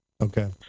Okay